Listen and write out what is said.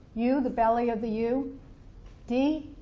u the belly of the u d